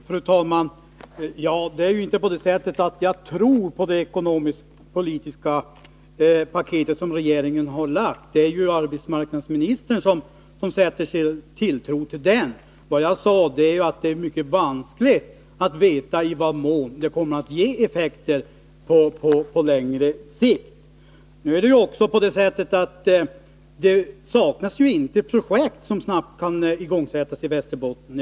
Fru talman! Ja, det är ju inte på det sättet att jag tror på det ekonomisk-politiska paket som regeringen har lagt fram. Det är arbetsmarknadsministern som sätter tilltro till det. Vad jag sade var att det är mycket vanskligt att veta i vad mån det kommer att ge effekter på längre sikt. Det saknas ju inte projekt som snabbt kan igångsättas i Västerbotten.